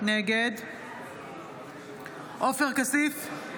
נגד עופר כסיף,